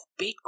Bitcoin